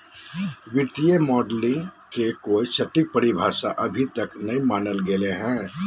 वित्तीय मॉडलिंग के कोई सटीक परिभाषा अभी तक नय मानल गेले हें